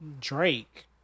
Drake